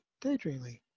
Daydreaming